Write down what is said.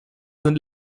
sind